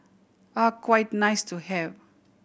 are quite nice to have